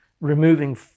removing